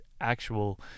actual